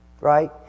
right